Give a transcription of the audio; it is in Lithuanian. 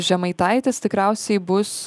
žemaitaitis tikriausiai bus